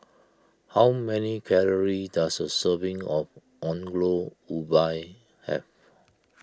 how many calories does a serving of Ongol Ubi have